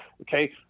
Okay